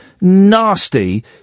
nasty